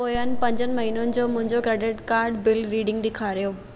पोयंनि पंजनि महिननि जो मुंहिंजो क्रेडिट कार्ड बिल रीडिंग ॾेखारियो